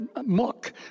muck